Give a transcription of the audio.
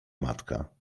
matka